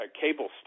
cable